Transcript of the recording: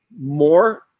more